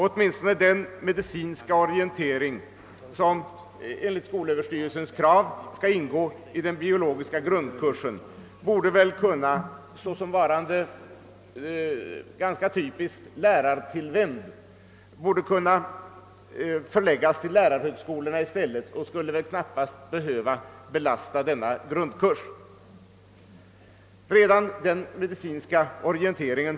Åtminstone den medicinska orientering som enligt skolöverstyrelsens krav skall ingå i den biologiska grundkursen borde väl kunna såsom varande ganska typiskt lärartillvänd förläggas till lärarhögskolorna i stället och skulle knappast behöva belasta denna grundkurs. Den medicinska orienteringen .